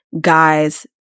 guys